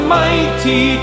mighty